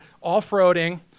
Off-roading